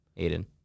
Aiden